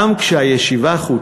כשנפתחה הישיבה,